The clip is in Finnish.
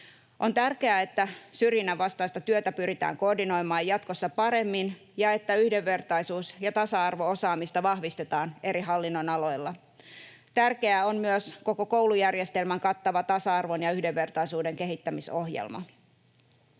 On tärkeää, että syrjinnänvastaista työtä pyritään koordinoimaan jatkossa paremmin ja että yhdenvertaisuus- ja tasa-arvo-osaamista vahvistetaan eri hallinnonaloilla. Tärkeää on myös koko koulujärjestelmän kattava tasa-arvon ja yhdenvertaisuuden kehittämisohjelma.